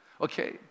okay